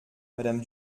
madame